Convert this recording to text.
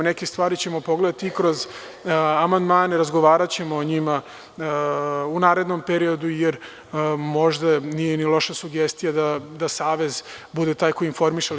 Neke stvari ćemo pogledati i kroz amandmane i razgovaraćemo o njima u narednom periodu, jer možda nije ni loša sugestija da savez bude taj koji informiše.